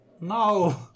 no